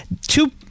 two